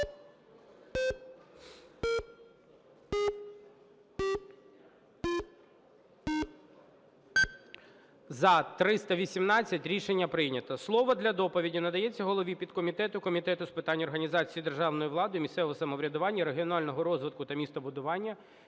За-318 Рішення прийнято. Слово для доповіді надається голові підкомітету Комітету з питань організації державної влади, місцевого самоврядування, регіонального розвитку та містобудування